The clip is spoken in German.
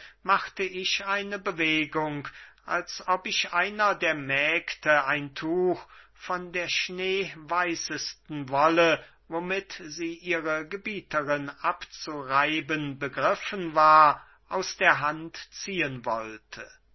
machte ich eine bewegung als ob ich einer der mägde ein tuch von der schneeweißesten wolle womit sie ihre gebieterin abzureiben begriffen war aus der hand ziehen wollte